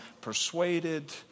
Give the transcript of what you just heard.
persuaded